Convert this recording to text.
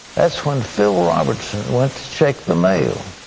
that's when phil robertson went to check the mail.